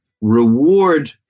reward